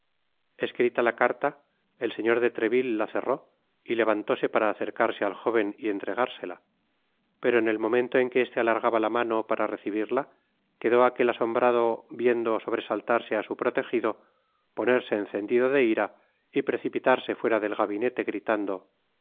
escrita la carta el señor de treville la cerró y levantóse para acercarse al joven y entregársela pero en el momento en que este alargaba la mano para recibirla quedó aquel asombrado viendo sobresaltarse á su protegido ponerse encendido de ira y precipitarse fuera del gabinete gritando